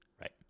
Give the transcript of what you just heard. Right